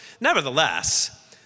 nevertheless